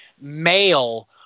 male